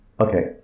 Okay